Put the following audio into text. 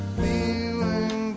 feeling